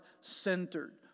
centered